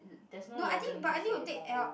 there's no legend cafe in Punggol